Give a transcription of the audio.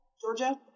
Georgia